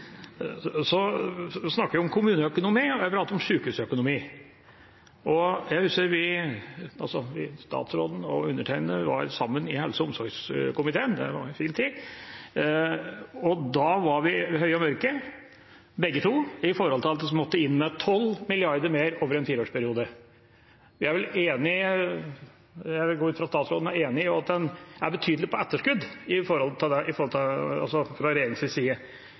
Jeg snakket om kommuneøkonomi, og jeg pratet om sykehusøkonomi. Jeg husker at da vi, statsråden og undertegnede, var sammen i helse- og omsorgskomiteen – det var en fin tid – var vi høye og mørke, begge to, i forhold til at en måtte inn med 12 mrd. kr mer over en fireårsperiode. Jeg går ut fra at statsråden er enig i at en er betydelig på etterskudd på det fra regjeringas side. I